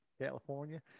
California